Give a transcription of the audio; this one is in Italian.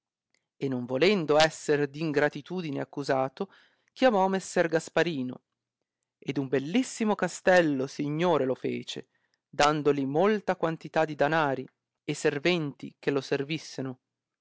e non volendo esser d'ingratitudine accusato chiamò messer gasparino e d un bellissimo castello signore lo fece dandoli molta quantità di danari e serventi che lo servisseno